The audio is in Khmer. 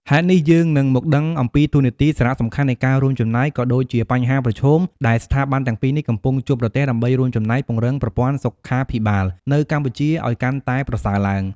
ហេតុនេះយើងនឹងមកដឹងអំពីតួនាទី សារៈសំខាន់នៃការរួមចំណែក ក៏ដូចជាបញ្ហាប្រឈមដែលស្ថាប័នទាំងពីរនេះកំពុងជួបប្រទះ ដើម្បីរួមចំណែកពង្រឹងប្រព័ន្ធសុខាភិបាលនៅកម្ពុជាឱ្យកាន់តែប្រសើរឡើង។